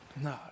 No